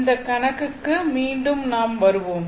இந்த கணக்குக்கு மீண்டும் நாம் வருவோம்